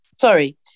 sorry